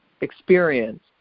experience